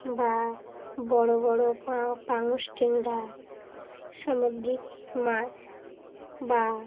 বা বড়ো বড়ো পা পাউস ট্যাংরা সামুদ্রিক মাছ বা